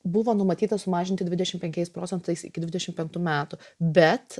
buvo numatyta sumažinti dvidešimt penkiais procentais iki dvidešimt penktų metų bet